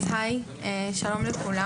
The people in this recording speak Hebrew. אז שלום לכולם.